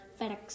FedEx